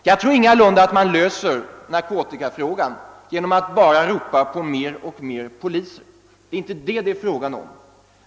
Jag tror ingalunda att man löser narkotikafrågan genom att bara ropa på mer och mer poliser. Det är inte detta som det är fråga om.